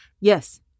Yes